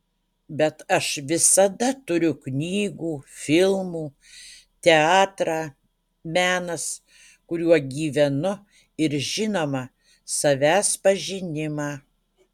bet aš visada turiu knygų filmų teatrą menas kuriuo gyvenu ir žinoma savęs pažinimą